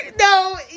No